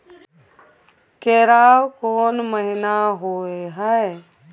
केराव कोन महीना होय हय?